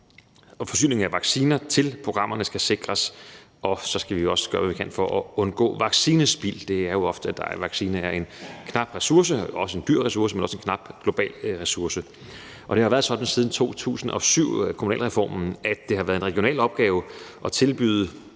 Forsyningen af vacciner til programmerne skal sikres, og så skal vi også gøre, hvad vi kan, for at undgå vaccinespild. Vaccinerne er jo ofte en knap ressource globalt set, men også en dyr ressource. Det har været sådan siden 2007 med kommunalreformen, at det har været en regional opgave at tilbyde